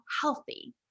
healthy